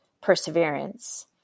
perseverance